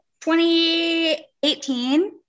2018